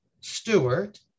Stewart